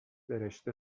برشته